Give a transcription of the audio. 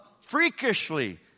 Freakishly